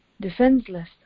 defenseless